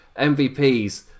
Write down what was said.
MVPs